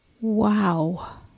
Wow